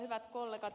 hyvät kollegat